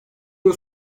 yıl